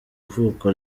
ivuko